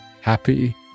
happy